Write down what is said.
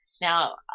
now